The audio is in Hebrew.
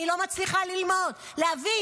אני לא מצליחה להבין.